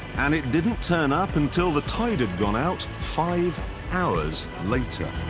and it didn't turn up until the tide had gone out five hours later.